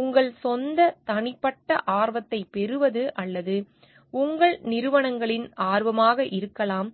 உங்கள் சொந்த தனிப்பட்ட ஆர்வத்தைப் பெறுவது அல்லது உங்கள் நிறுவனங்களின் ஆர்வமாக இருக்கலாம்